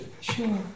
Sure